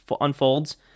unfolds